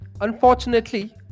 unfortunately